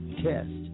test